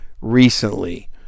recently